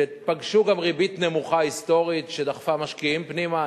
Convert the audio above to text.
ופגשו גם ריבית נמוכה היסטורית שדחפה משקיעים פנימה.